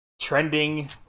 trending